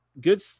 good